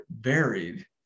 varied